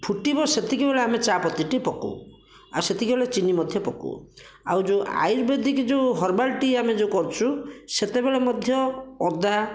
ଫୁଟିବ ସେତିକିବେଳେ ଆମେ ଚା ପତିଟି ପକଉ ଆଉ ସେତିକିବେଳେ ଚିନି ମଧ୍ୟ ପକଉ ଆଉ ଯେଉଁ ଆୟୁର୍ବେଦିକ ଯୋଉ ହର୍ବାଲ ଟି ଆମେ ଯେଉଁ କରୁଛୁ ସେତେବେଳେ ମଧ୍ୟ ଅଦା